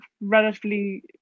relatively